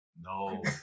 No